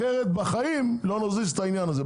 אחרת בחיים לא נזיז את העניין הזה.